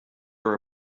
are